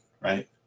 right